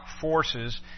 forces